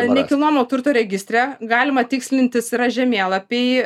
nekilnojamo turto registre galima tikslintis yra žemėlapiai